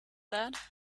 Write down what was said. that